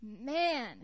man